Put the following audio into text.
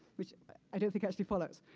which i don't think actually follows.